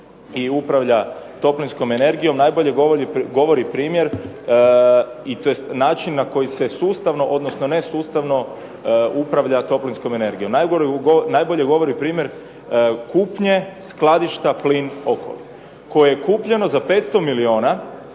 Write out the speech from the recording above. i distribuira toplinskom energijom najbolje govori primjer i način na kojim se sustavno ili nesustavno upravlja toplinskom energijom. Najbolje govori primjer kupnje skladišta Plinokol, koje je kupljeno za 500 milijuna,